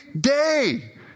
day